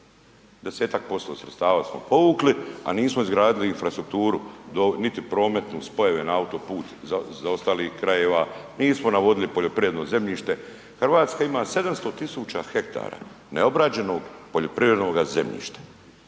10% sredstava smo povukli, a nismo izgradili infrastrukturu niti prometnu, spojeve na autoput zaostalih krajeva, nismo navodili poljoprivredno zemljište. Hrvatska ima 700.000 hektara neobrađenoga poljoprivrednoga zemljišta.